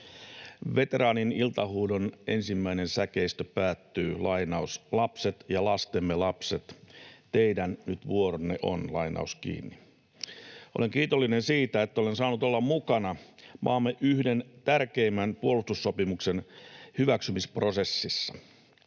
Veteraanin iltahuudon ensimmäinen säkeistö päättyy: ”Lapset ja lastemme lapset / teidän nyt vuoronne on.” Olen kiitollinen siitä, että olen saanut olla mukana maamme yhden tärkeimmän puolustussopimuksen hyväksymisprosessissa.